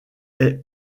est